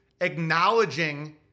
acknowledging